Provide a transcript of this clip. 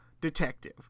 detective